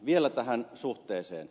vielä tähän suhteeseen